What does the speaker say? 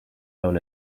known